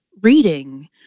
reading